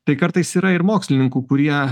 tai kartais yra ir mokslininkų kurie